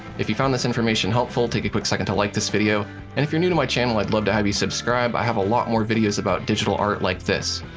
if you found this information helpful, take a quick second to like this video, and if you're new to my channel, i'd love to have you subscribe. i have a lot more videos about digital art like this.